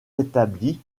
rétabli